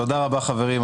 תודה רבה חברים,